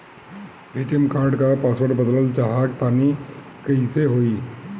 ATM card क password बदलल चाहा तानि कइसे होई?